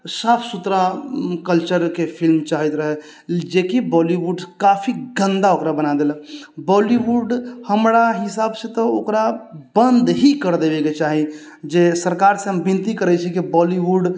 साफ सुथरा कल्चरके फिल्म चाहैत रहै जेकि बॉलीवुड काफी गन्दा ओकरा बना देलक बॉलीवुड हमरा हिसाब से तऽ ओकरा बन्द ही कर देबेके चाही जे सरकार से हम विनती करैत छी कि बॉलीवुड